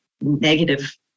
negative